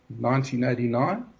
1989